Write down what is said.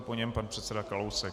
Po něm pan předseda Kalousek.